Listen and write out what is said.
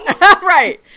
right